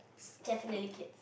definitely kid